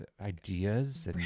ideas